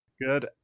Good